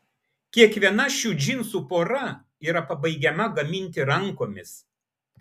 kiekviena šių džinsų pora yra pabaigiama gaminti rankomis